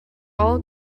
all